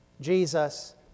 Jesus